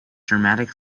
dramatic